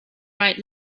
right